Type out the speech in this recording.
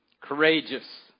Courageous